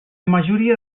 majoria